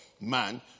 man